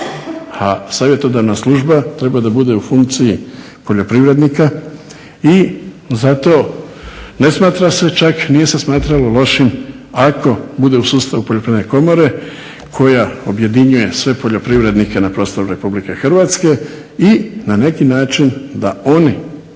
A savjetodavna služba treba da bude u funkciji poljoprivrednika i zato ne smatra se čak, nije se smatralo lošim ako bude u sustavu Poljoprivredne komore koja objedinjuje sve poljoprivrednike na prostoru Republike Hrvatske i na neki način da oni